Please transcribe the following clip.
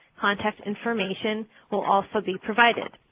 contact information will also be provided.